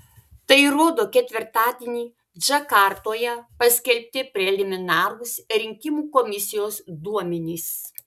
tai rodo ketvirtadienį džakartoje paskelbti preliminarūs rinkimų komisijos duomenys